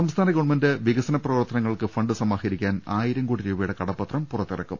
സംസ്ഥാന ഗവൺമെന്റ് വികസന് പ്രവർത്തനങ്ങൾക്ക് ഫണ്ട് സമാഹരിക്കാൻ ആയിരം കോടി രൂപയുടെ കടപത്രം പുറത്തിറക്കും